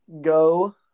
Go